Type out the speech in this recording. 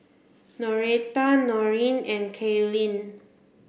Noretta Noreen and Kaylee